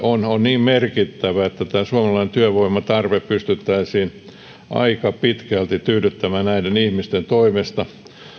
on niin merkittävä että suomalainen työvoimatarve pystyttäisiin aika pitkälti tyydyttämään näiden ihmisten toimesta